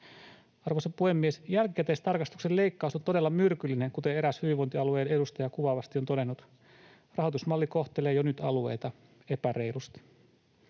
Arvoisa puhemies! Jälkikäteistarkastuksen leikkaus on todella myrkyllinen, kuten eräs hyvinvointialueen edustaja kuvaavasti on todennut, rahoitusmalli kohtelee jo nyt alueita epäreilusti.